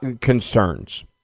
concerns